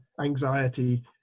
anxiety